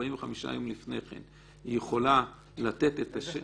ש-45 יום לפני כן היא יכולה לתת את --- איזה חברה?